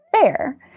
fair